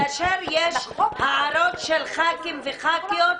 כאשר יש הערות של ח"כים וח"כיות,